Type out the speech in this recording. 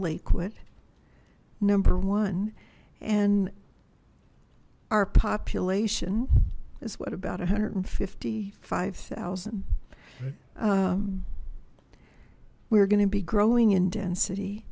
lakewood number one and our population is what about one hundred and fifty five thousand we're going to be growing in density